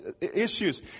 issues